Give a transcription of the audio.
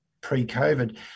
pre-COVID